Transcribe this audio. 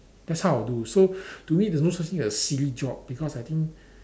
that's how I'll do so to me there's no such thing as silly job because I think